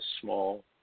small